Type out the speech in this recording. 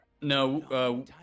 No